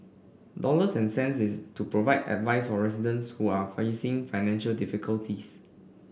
dollars and cents is to provide advice for residents who are facing financial difficulties